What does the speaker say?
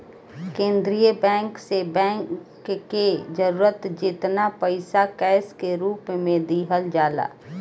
केंद्रीय बैंक से बैंक के जरूरत जेतना पईसा कैश के रूप में दिहल जाला